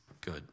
good